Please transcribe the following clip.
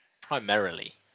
Primarily